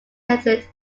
method